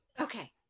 Okay